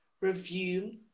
review